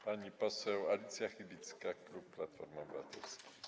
Pani poseł Alicja Chybicka, klub Platformy Obywatelskiej.